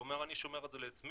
הוא אומר: אני שומר את זה לעצמי.